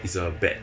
is a bat